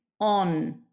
on